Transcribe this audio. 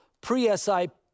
pre-SIP